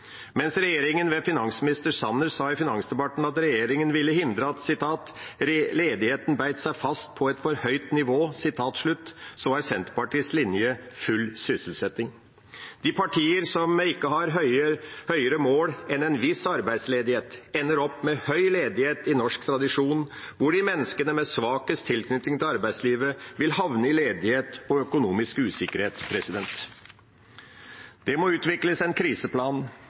Mens regjeringa ved finansminister Sanner sa i finansdebatten at regjeringa ville hindre at ledigheten beit seg fast «på et for høyt nivå», er Senterpartiets linje full sysselsetting. De partier som ikke har høyere mål enn en viss arbeidsledighet, ender opp med høy ledighet i norsk tradisjon, hvor de menneskene med svakest tilknytning til arbeidslivet vil havne i ledighet og økonomisk usikkerhet. Det må utvikles en kriseplan.